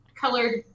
colored